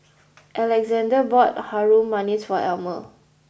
Alexande bought harum manis for Almer